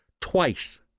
Twice